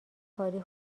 کاری